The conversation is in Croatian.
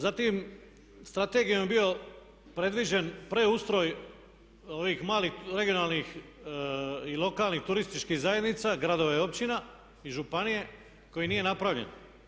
Zatim, strategijom je bio predviđen preustroj ovih malih regionalnih i lokalnih turističkih zajednica, gradova i općina i županije koji nije napravljen.